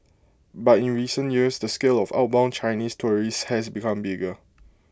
but in recent years the scale of outbound Chinese tourists has become bigger